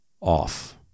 off